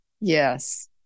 Yes